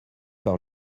par